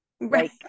Right